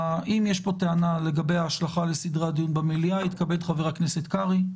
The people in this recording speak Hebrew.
אם יש פה טענה לגבי ההשלכה לסדרי הדיון במליאה יתכבד חבר הכנסת קרעי,